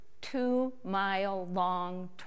two-mile-long